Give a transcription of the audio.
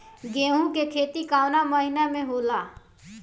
गेहूँ के खेती कवना महीना में होला?